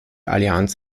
allianz